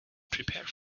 prepare